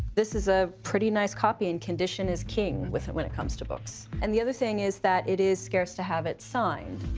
this is a pretty nice copy, and condition is king with when it comes to books. and the other thing is that it is scarce to have it signed.